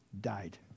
died